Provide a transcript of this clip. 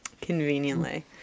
Conveniently